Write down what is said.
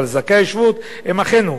אבל זכאי שבות הם אחינו,